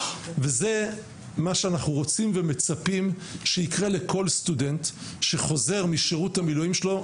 וזה מה שאנחנו רוצים ומצפים שיקרה לכל סטודנט שחוזר משרות המילואים שלו.